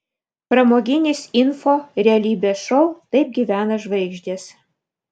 pramoginis info realybės šou taip gyvena žvaigždės